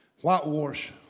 whitewash